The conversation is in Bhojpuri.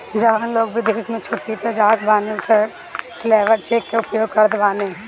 जवन लोग विदेश में छुट्टी पअ जात बाने उ ट्रैवलर चेक कअ उपयोग करत बाने